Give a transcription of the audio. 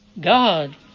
God